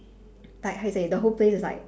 like how you say the whole place is like